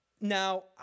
Now